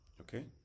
Okay